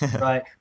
Right